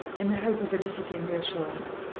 in the hope of eliciting reassurance.